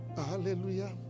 Hallelujah